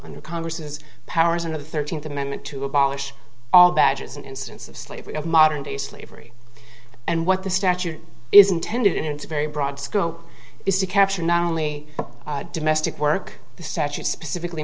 under congress's powers in the thirteenth amendment to abolish all badges an instance of slavery of modern day slavery and what the statute is intended in it's very broad scope is to capture not only domestic work the statute specifically